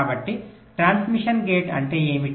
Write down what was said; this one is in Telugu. కాబట్టి ట్రాన్స్మిషన్ గేట్ అంటే ఏమిటి